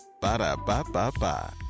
Ba-da-ba-ba-ba